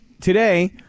Today